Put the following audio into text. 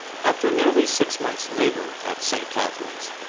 after nearly six months' labour at st. catharines,